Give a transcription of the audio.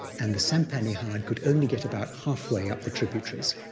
and the sampan he had could only get about halfway up the tributaries.